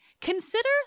Consider